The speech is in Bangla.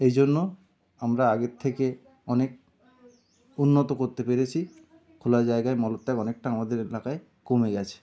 এই জন্য আমরা আগের থেকে অনেক উন্নত করতে পেরেছি খোলা জায়গায় মলত্যাগ অনেকটা আমাদের এলাকায় কমে গেছে